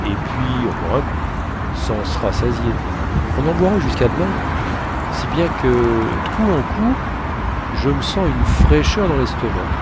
et puis encore un coup sans s'rassasier on en boirait jusqu'à d'main si bien que d'coup en coup je m'sens une fraîcheur dans l'estomac